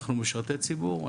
אנחנו משרתי ציבור,